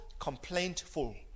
complaintful